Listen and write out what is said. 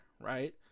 right